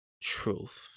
truth